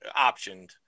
optioned